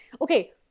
okay